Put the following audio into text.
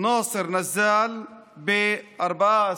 נאסר נזאל ב-14